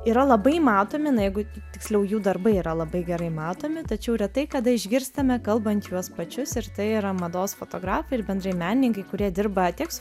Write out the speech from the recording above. yra labai matomi na jeigu tiksliau jų darbai yra labai gerai matomi tačiau retai kada išgirstame kalbant juos pačius ir tai yra mados fotografai ir bendrai menininkai kurie dirba tiek su